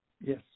Yes